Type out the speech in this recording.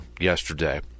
yesterday